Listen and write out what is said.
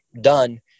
done